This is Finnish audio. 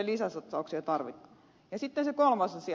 sitten se kolmas asia